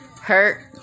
hurt